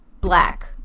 black